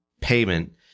payment